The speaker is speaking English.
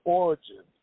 origin